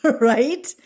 right